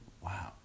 Wow